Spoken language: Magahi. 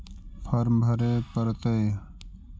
फार्म भरे परतय?